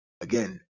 again